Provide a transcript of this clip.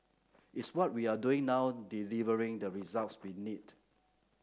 is what we are doing now delivering the results we need